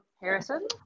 harrison